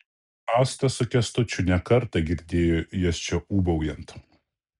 asta su kęstučiu ne kartą girdėjo jas čia ūbaujant